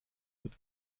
wird